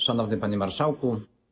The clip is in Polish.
Szanowny Panie Marszałku!